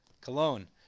cologne